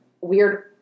weird